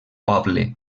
poble